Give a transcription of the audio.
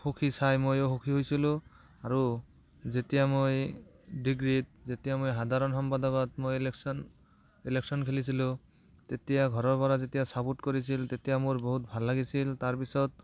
সুখী চাই ময়ো সুখী হৈছিলোঁ আৰু যেতিয়া মই ডিগ্ৰীত যেতিয়া মই সাধাৰণ সম্পাদকত মই ইলেকশ্যন ইলেকশ্যন খেলিছিলোঁ তেতিয়া ঘৰৰ পৰা যেতিয়া চাপ'ৰ্ট কৰিছিল তেতিয়া মোৰ বহুত ভাল লাগিছিল তাৰপিছত